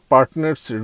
Partners